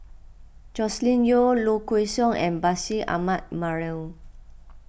Joscelin Yeo Low Kway Song and Bashir Ahmad Mallal